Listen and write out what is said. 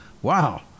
Wow